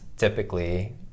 typically